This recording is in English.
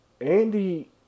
Andy